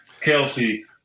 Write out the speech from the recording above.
Kelsey